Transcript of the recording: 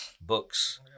books